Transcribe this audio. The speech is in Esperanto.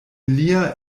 lia